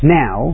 now